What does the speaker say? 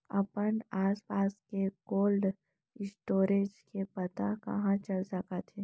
अपन आसपास के कोल्ड स्टोरेज के पता कहाँ चल सकत हे?